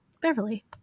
Beverly